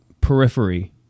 periphery